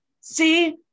see